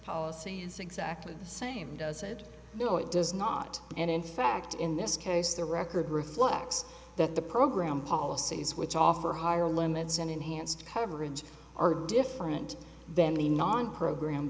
policy is exactly the same does it no it does not and in fact in this case the record reflects that the program policies which offer higher limits and enhanced coverage are different then the non program